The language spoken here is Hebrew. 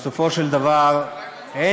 בסופו של דבר זה